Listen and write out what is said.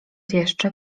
jeszcze